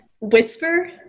whisper